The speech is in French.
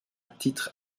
titre